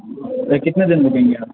تو کتنے دِن رُکیں گے آپ